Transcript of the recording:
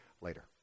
later